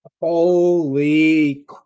Holy